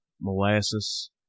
molasses